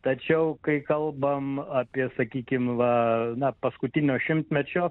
tačiau kai kalbam apie sakykim va na paskutinio šimtmečio